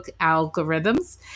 algorithms